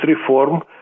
Reform